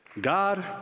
God